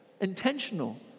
intentional